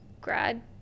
grad